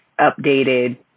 updated